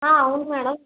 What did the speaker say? అవును మేడం